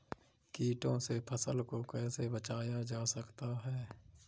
कीटों से फसल को कैसे बचाया जा सकता है?